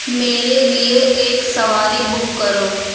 میرے لیے ایک سواری بک کرو